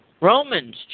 Romans